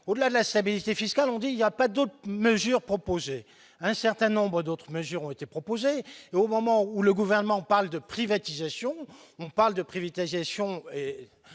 au-delà la stabilité fiscale, on dit il y a pas d'autres mesures proposées un certain nombre d'autres mesures ont été proposées au moment où le gouvernement parle de privatisation, on parle de Prévit Aviation